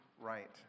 right